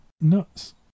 nuts